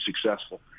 successful